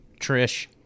trish